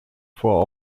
vor